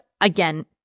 again